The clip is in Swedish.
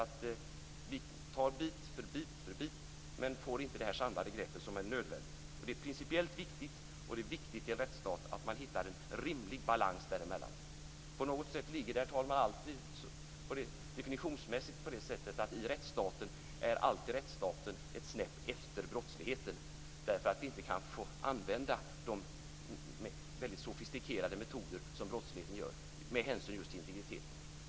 Vi tar bit för bit men får inte det samlade grepp som är nödvändigt. Det är principiellt viktigt och det är viktigt i en rättsstat att man hittar en rimlig balans däremellan. På något sätt, herr talman, är det alltid definitionsmässigt på det sättet i en rättsstat att rättsstaten är ett snäpp efter brottsligheten, därför att vi med hänsyn just till integriteten inte kan få använda de mycket sofistikerade metoder som brottsligheten gör.